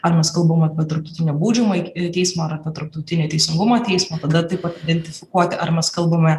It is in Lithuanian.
ar mes kalbam apie tarptautinį baudžiamąjį teismą ar apie tarptautinį teisingumo teismą tada taip pat identifikuoti ar mes kalbame